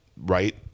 right